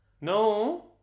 no